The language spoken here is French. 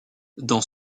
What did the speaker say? dans